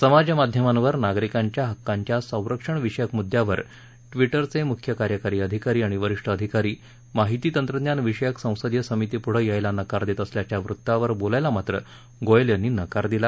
समाज माध्यमांवर नागरिकांच्या हक्कांच्या संरक्षणविषयक मुद्यावर ट्विटरचे मुख्य कार्यकारी अधिकारी आणि वरीष्ठ अधिकारी माहिती तंत्रज्ञान विषयक संसदीय समितीपुढे यायला नकार देत असल्याच्या वृत्तावर बोलायला मात्र गोयल यांनी नकार दिला